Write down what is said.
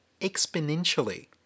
exponentially